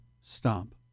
stomp